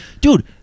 Dude